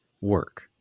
work